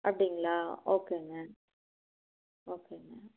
அப்டிங்களா ஓகேங்க ஓகேங்க